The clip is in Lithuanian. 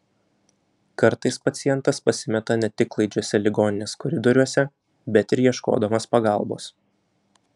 kartais pacientas pasimeta ne tik klaidžiuose ligoninės koridoriuose bet ir ieškodamas pagalbos